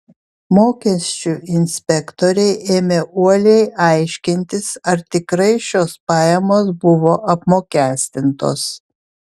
mokesčių inspektoriai ėmė uoliai aiškintis ar tikrai šios pajamos buvo apmokestintos